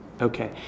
Okay